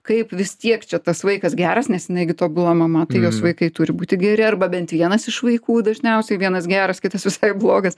kaip vis tiek čia tas vaikas geras nes jinai gi tobula mama tai jos vaikai turi būti geri arba bent vienas iš vaikų dažniausiai vienas geras kitas visai blogas